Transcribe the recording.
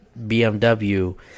bmw